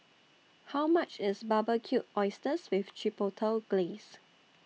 How much IS Barbecued Oysters with Chipotle Glaze